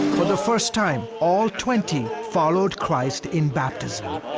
for the first time, all twenty followed christ in baptism.